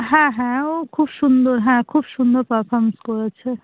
হ্যাঁ হ্যাঁ ও খুব সুন্দর হ্যাঁ খুব সুন্দর পারফরমেন্স করেছে